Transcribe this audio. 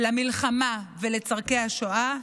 למלחמה ולצורכי השעה,